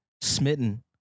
smitten